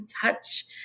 touch